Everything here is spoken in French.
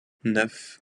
neuf